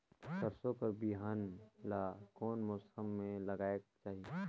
सरसो कर बिहान ला कोन मौसम मे लगायेक चाही?